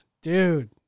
Dude